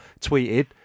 tweeted